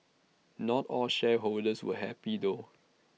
not all shareholders were happy though